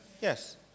Yes